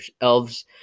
elves